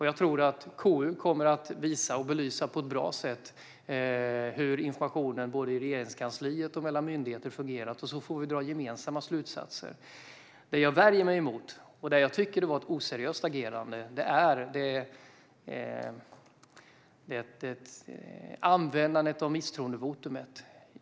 Jag tror att KU kommer att visa och belysa på ett bra sätt hur informationen såväl i Regeringskansliet som mellan myndigheter har fungerat, och så får vi dra gemensamma slutsatser. Det jag värjer mig emot, och det jag tycker var ett oseriöst agerande, är användandet av verktyget misstroendevotum.